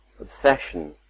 obsession